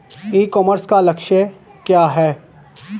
E commerce का लक्ष्य क्या है?